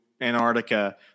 Antarctica